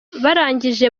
barangije